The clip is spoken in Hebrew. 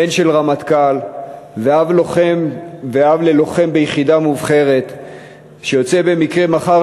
בן של רמטכ"ל ואב ללוחם ביחידה מובחרת שיוצא במקרה מחר